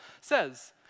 says